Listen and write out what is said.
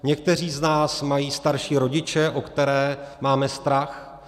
Někteří z nás mají starší rodiče, o které máme strach.